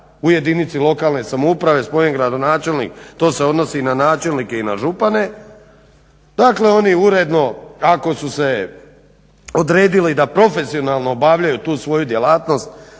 jedinici lokalne samouprave … gradonačelnik, to se odnosi na načelnike i na župane, dakle oni uredno ako su se odredili da profesionalno obavljaju tu svoju djelatnost